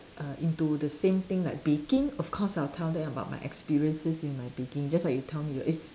err into the same thing like baking of course I'll tell them about my experiences in my baking just like you tell me your eh